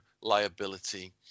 liability